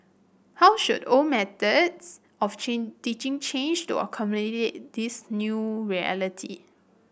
how should old methods of teaching change to accommodate this new reality